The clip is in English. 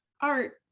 art